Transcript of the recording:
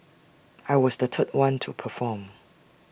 I was the third one to perform